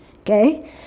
okay